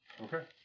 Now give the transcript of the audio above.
Okay